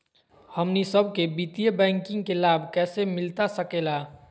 हमनी सबके वित्तीय बैंकिंग के लाभ कैसे मिलता सके ला?